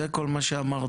זה כל מה שאמרתי,